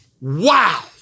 Wow